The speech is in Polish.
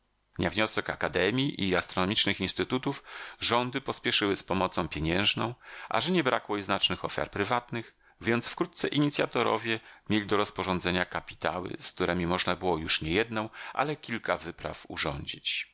na wniosek akademij i astronomicznych instytutów rządy pospieszyły z pomocą pieniężną a że nie brakło i znacznych ofiar prywatnych więc wkrótce inicjatorowie mieli do rozporządzenia kapitały z któremi można było już nie jednę ale kilka wypraw urządzić